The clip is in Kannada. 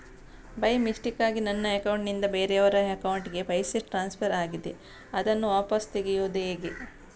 ಬೈ ಮಿಸ್ಟೇಕಾಗಿ ನನ್ನ ಅಕೌಂಟ್ ನಿಂದ ಬೇರೆಯವರ ಅಕೌಂಟ್ ಗೆ ಪೈಸೆ ಟ್ರಾನ್ಸ್ಫರ್ ಆಗಿದೆ ಅದನ್ನು ವಾಪಸ್ ತೆಗೆಯೂದು ಹೇಗೆ?